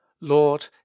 Lord